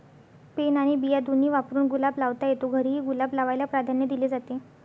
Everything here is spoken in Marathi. पेन आणि बिया दोन्ही वापरून गुलाब लावता येतो, घरीही गुलाब लावायला प्राधान्य दिले जाते